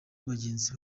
bagenzi